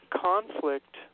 conflict